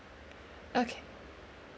okay